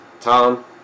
Tom